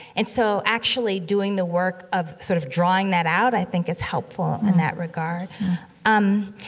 and so, actually doing the work of sort of drawing that out, i think is helpful in that regard um,